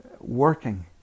Working